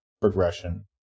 progression